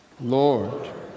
Lord